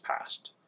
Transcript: passed